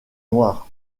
noires